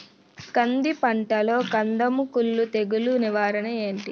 కంది పంటలో కందము కుల్లు తెగులు నివారణ ఏంటి?